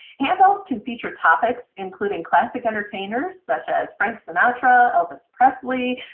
handouts can feature topics including classic entertainers such as frank sinatra, elvis presley,